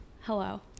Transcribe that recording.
hello